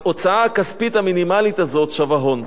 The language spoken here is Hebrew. ההוצאה הכספית המינימלית הזאת שווה הון.